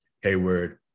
hayward